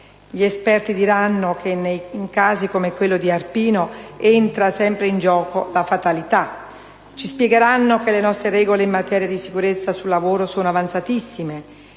Gli esperti diranno che in casi come quello di Arpino entra sempre in gioco la "fatalità". Ci spiegheranno che le nostre regole in materia di sicurezza sul lavoro sono avanzatissime.